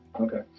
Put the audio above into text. Okay